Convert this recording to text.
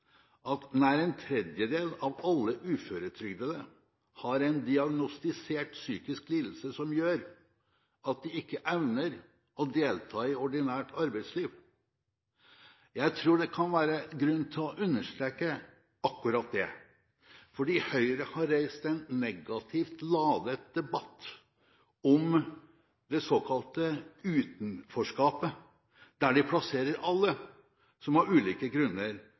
at nær en tredjedel av alle uføretrygdede har en diagnostisert psykisk lidelse som gjør at de ikke evner å delta i ordinært arbeidsliv. Jeg tror det kan være grunn til å understreke akkurat det, fordi Høyre har reist en negativt ladet debatt om det såkalte utenforskapet, der de plasserer alle som av ulike grunner